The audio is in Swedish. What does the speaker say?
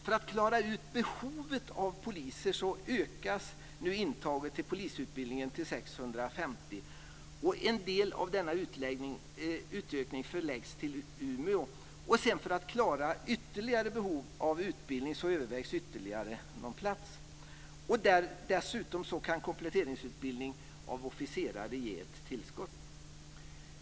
För att tillgodose behovet av poliser ökas intagningen till polisutbildningen till 650 elever. En del av denna utbildning förläggs till Umeå. För att man ska tillgodose ytterligare behov av utbildning övervägs utbildning på ytterligare någon plats. Dessutom kan kompletteringsutbildning av officerare ge ett tillskott.